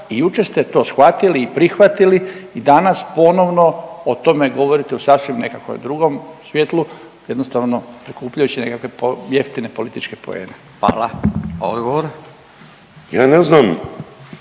i jučer ste to shvatili i prihvatili i danas ponovno o tome govorite u sasvim nekakvom drugom svjetlu, jednostavno prikupljajući nekakve jeftine političke poene. **Radin, Furio (Nezavisni)** Hvala.